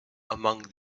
among